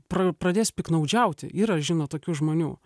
pra pradės piktnaudžiauti yra žinot tokių žmonių